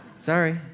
Sorry